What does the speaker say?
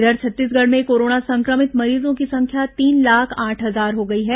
इधर छत्तीसगढ़ में कोरोना संक्रमित मरीजों की संख्या तीन लाख आठ हजार हो गई है